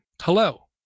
Hello